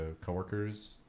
coworkers